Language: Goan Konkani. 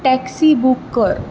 टॅक्सी बूक कर